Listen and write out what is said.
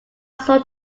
saw